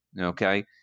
Okay